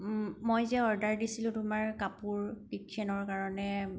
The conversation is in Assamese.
মই যে অৰ্ডাৰ দিছিলোঁ তোমাৰ কাপোৰ কিট্চেনৰ কাৰণে